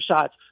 shots